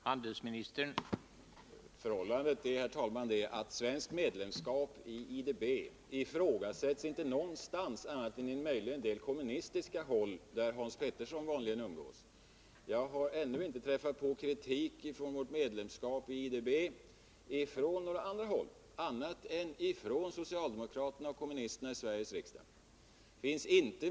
Herr talman! Det rätta förhållandet är att ett svenskt medlemskap i IDB inte ifrågasätts någonstans annat än möjligen på en del kommunistiska håll där Hans Petersson vanligen umgås. Jag har ännu inte träffat på kritik av vårt medlemskap i IDB från andra håll än från socialdemokrater och kommunister i Sveriges riksdag.